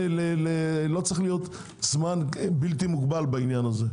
לא צריך להיות זמן בלתי מוגבל בעניין הזה.